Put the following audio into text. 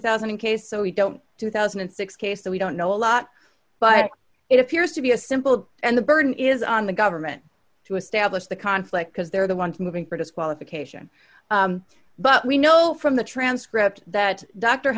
thousand and case so we don't two thousand and six case that we don't know a lot but it appears to be a simple and the burden is on the government to establish the conflict because they're the ones moving produce qualification but we know from the transcript that dr